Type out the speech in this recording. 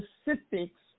specifics